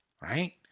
right